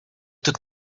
took